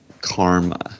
karma